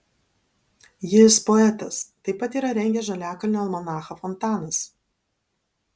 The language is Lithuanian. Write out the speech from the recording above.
jis poetas taip pat yra rengęs žaliakalnio almanachą fontanas